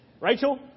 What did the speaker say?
Rachel